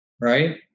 right